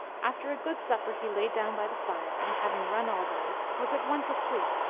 after a good supper he lay down by the fire, and, having run all day, was at once asleep,